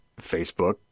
Facebook